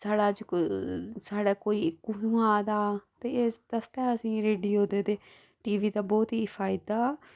साढ़े अज्ज साढ़े कोई कुत्थुआं आ दा हा ते इत्त आस्तै असेंगी रेडियो ते दा बहुत ई फायदा